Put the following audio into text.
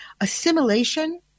assimilation